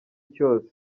cyose